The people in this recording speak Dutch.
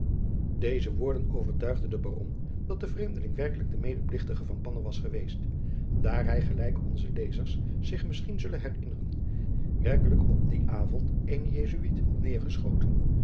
deze woorden overtuigde den baron dat de vreemdeling werkelijk de medeplichtige van panne was geweest daar hij gelijk onze lezers zich misschien zullen herinneren werkelijk op dien avond eenen jesuit had nedergeschoten